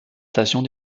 stations